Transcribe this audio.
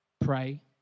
pray